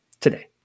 today